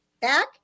back